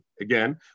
Again